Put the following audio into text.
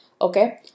Okay